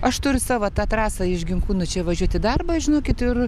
aš turiu savo tą trasą iš ginkūnų čia važiuot į darbą žinokit ir